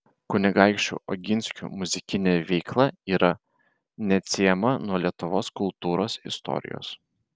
kunigaikščių oginskių muzikinė veikla yra neatsiejama nuo lietuvos kultūros istorijos